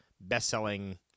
best-selling